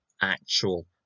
actual